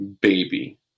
baby